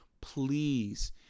please